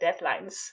deadlines